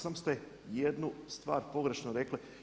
Samo ste jednu stvar pogrešno rekli.